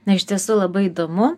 na iš tiesų labai įdomu